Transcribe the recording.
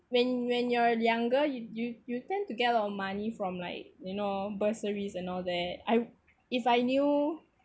when when you're younger you you you tend to get a lot of money from like you know bursaries and all that I if I knew